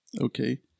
Okay